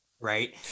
Right